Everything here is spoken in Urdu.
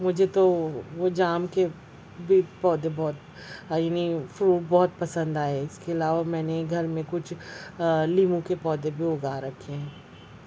مجھے تو وہ جام کے بھی پودے بہت اینی فروٹ بہت پسند آئے اس کے علاوہ میں نے گھر میں کچھ لیموں کے پودے بھی اگا رکھے ہیں